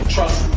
Trust